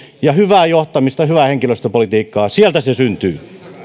ja hyvä johtaminen hyvä henkilöstöpolitiikka sieltä se syntyy